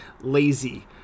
lazy